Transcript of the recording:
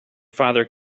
father